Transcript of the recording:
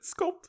sculpt